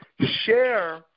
share